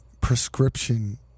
prescription